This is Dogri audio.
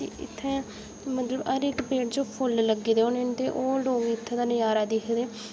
ते इत्थें मतलब हर इक पेड़ च फुल्ल लग्गे दे होने ते ओह् लोक इत्थै दा नजारा दिखदे